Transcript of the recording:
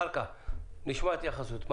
אחר כך נשמע התייחסות.